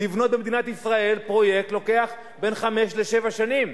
אתם יודעים שלבנות פרויקט במדינת ישראל לוקח בין חמש לשבע שנים.